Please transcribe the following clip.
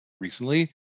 recently